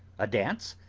a dance?